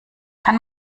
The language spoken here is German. kann